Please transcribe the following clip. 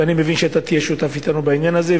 ואני מבין שאתה תהיה שותף אתנו בעניין הזה,